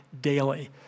daily